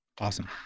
Awesome